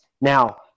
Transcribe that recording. Now